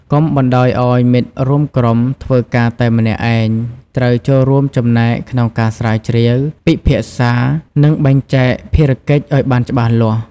កុំបណ្តោយឱ្យមិត្តរួមក្រុមធ្វើការតែម្នាក់ឯង ត្រូវចូលរួមចំណែកក្នុងការស្រាវជ្រាវ ពិភាក្សា និងបែងចែកភារកិច្ចឱ្យបានច្បាស់លាស់។